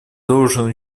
должен